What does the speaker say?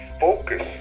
focus